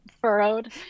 furrowed